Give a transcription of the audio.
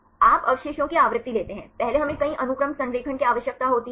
आप अवशेषों की आवृत्ति लेते हैं पहले हमें कई अनुक्रम संरेखण की आवश्यकता होती है